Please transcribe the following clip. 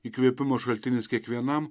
įkvėpimo šaltinis kiekvienam